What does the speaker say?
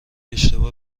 اشتباه